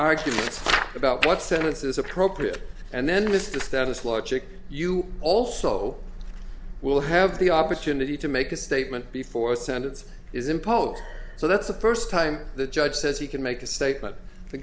arguments about what sentence is appropriate and then mr status logic you also will have the opportunity to make a statement before sentence is imposed so that's the first time the judge says he can make a statement the